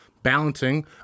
balancing